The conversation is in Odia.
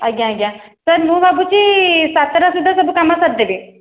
ଆଜ୍ଞା ଆଜ୍ଞା ସାର୍ ମୁଁ ଭାବୁଛି ସାତଟା ସୁଧା ସବୁ କାମ ସାରିଦେବି